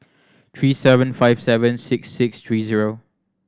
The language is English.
three seven five seven six six three zero